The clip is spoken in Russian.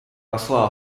посла